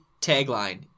tagline